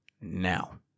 Now